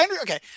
Okay